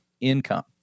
income